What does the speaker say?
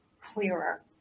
clearer